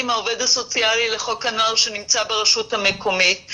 מהעובד הסוציאלי לחוק הנוער שנמצא ברשות המקומית.